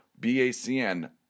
BACN